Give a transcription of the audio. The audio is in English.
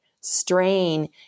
strain